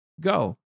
Go